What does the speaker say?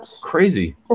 crazy